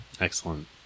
Excellent